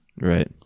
Right